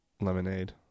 lemonade